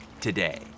today